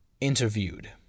Interviewed